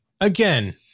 again